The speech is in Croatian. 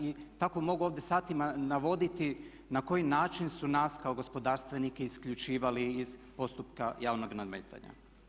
I tako mogu ovdje satima navoditi na koji način su nas kao gospodarstvenike isključivali iz postupka javnog nadmetanja.